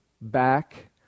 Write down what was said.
back